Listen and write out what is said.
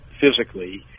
physically